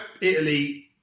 Italy